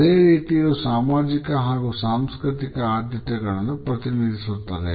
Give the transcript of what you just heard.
ಅದೇ ರೀತಿ ಇದು ಸಾಮಾಜಿಕ ಹಾಗೂ ಸಾಂಸ್ಕೃತಿಕ ಆದ್ಯತೆಗಳನ್ನು ಪ್ರತಿನಿಧಿಸುತ್ತದೆ